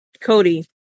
Cody